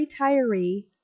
retiree